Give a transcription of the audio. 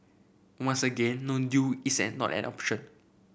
once again no deal is an not an option